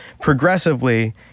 progressively